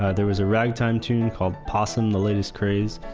ah there was a ragtime tune called possum the latest craze.